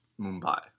Mumbai